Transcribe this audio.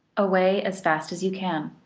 away as fast as you can!